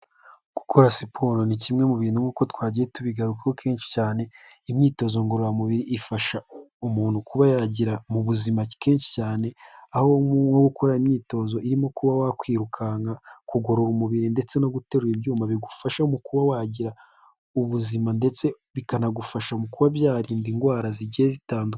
Gukora siporo ni kimwe mu bintu nkuko twagiye tubigarukaho kenshi cyane, imyitozo ngororamubiri ifasha umuntu kuba yagira mu buzima kenshi cyane aho nko gukora imyitozo irimo kuba wakwirukanka kugorora umubiri ndetse no guterura ibyuma bigufasha mu kuba wagira ubuzima ndetse bikanagufasha mu kuba byarinda indwara zigiye zitandu...